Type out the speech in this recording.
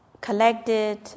collected